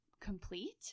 complete